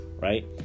right